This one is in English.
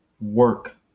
work